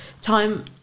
time